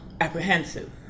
apprehensive